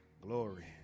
Glory